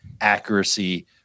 accuracy